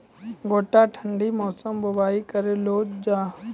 गोटा ठंडी मौसम बुवाई करऽ लो जा?